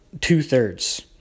Two-thirds